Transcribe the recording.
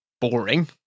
boring